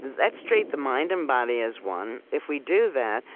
let's treat the mind and body as one. if we do that,